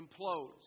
implodes